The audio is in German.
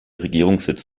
regierungssitz